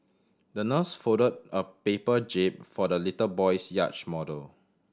the nurse folded a paper jib for the little boy's yacht model